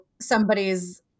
somebody's